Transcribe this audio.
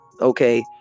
Okay